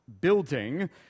building